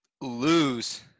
lose